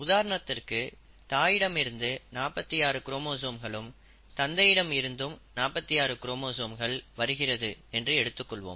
உதாரணத்திற்கு தாயிடமிருந்து 46 குரோமோசோம்களும் தந்தையிடம் இருந்தும் 46 குரோமோசோம்கள் வருகிறது என்று எடுத்துக்கொள்வோம்